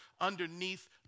underneath